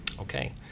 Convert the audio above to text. Okay